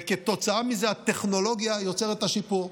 וכתוצאה מזה הטכנולוגיה יוצרת את השיפור.